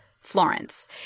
Florence